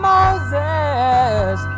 Moses